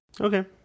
okay